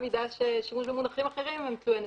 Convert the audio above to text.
כפי ששימוש במונחים אחרים הם תלויי נסיבות.